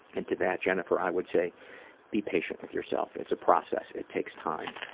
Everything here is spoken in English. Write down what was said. and to that, jennifer, i would say be patient with yourself, it's a process. it takes time.